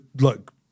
look